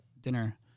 dinner